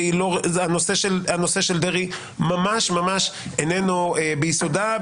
אבל הנושא של דרעי ממש איננו ביסודה,